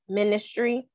ministry